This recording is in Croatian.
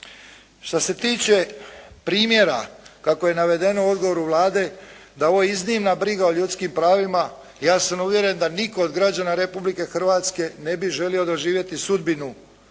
Što se tiče primjera kako je navedeno u odgovoru Vlade da je ovo iznimna briga o ljudskim pravima, ja sam uvjeren da nitko od građana Republike Hrvatske ne bi želio doživjeti sudbinu